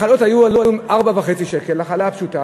החלות עלו 4.5 ש"ח, החלה הפשוטה.